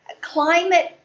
climate